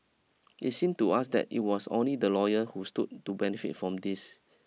it seem to us that it was only the lawyer who stood to benefit from this